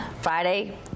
Friday